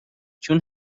چون